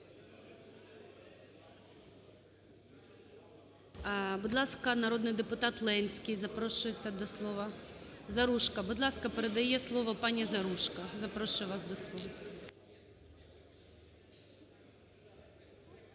Будь ласка, народний депутат Ленський запрошується до слова. Заружко. Будь ласка, передає слово пані Заружко. Запрошую вас до слова.